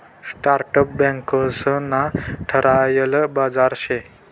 startup banks ना ठरायल बाजार शे